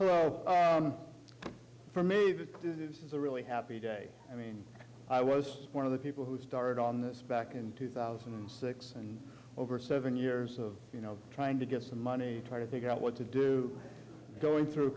process for me this is a really happy day i mean i was one of the people who started on this back in two thousand and six and over seven years of you know trying to get some money trying to figure out what to do going through